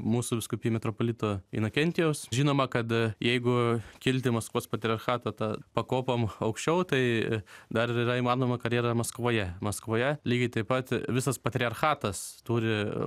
mūsų vyskupij metropolito inakentijaus žinoma kad jeigu kilt į maskvos patriarchatą tą pakopom aukščiau tai dar yra įmanoma karjera maskvoje maskvoje lygiai taip pat visas patriarchatas turi